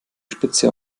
spitze